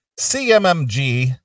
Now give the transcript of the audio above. CMMG